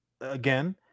again